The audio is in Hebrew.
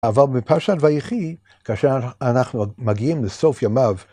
אבל בפרשת ויחי, כאשר אנחנו מגיעים לסוף ימיו